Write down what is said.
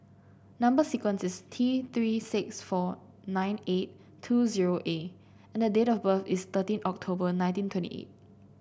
number sequence is T Three six four nine eight two zero A and the date of birth is thirteen October nineteen twenty eight